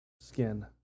skin